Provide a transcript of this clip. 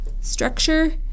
structure